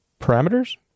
parameters